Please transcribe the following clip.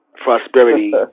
prosperity